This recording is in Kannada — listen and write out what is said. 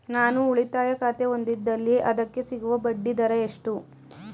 ನಾನು ಉಳಿತಾಯ ಖಾತೆ ಹೊಂದಿದ್ದಲ್ಲಿ ಅದಕ್ಕೆ ಸಿಗುವ ಬಡ್ಡಿ ದರ ಎಷ್ಟು?